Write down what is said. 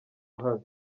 uhamye